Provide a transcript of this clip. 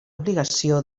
obligació